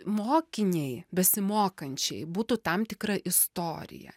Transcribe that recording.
mokiniai besimokančiai būtų tam tikra istorija